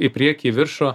į priekį į viršų